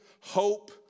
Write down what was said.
hope